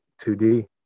2D